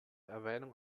erwähnung